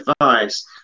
advice